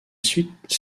suite